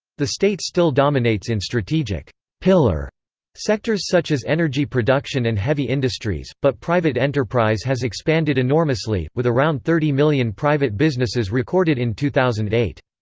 the state still dominates in strategic pillar sectors such as energy production and heavy industries, but private enterprise has expanded enormously, with around thirty million private businesses recorded in two thousand and eight.